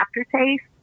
aftertaste